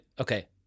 okay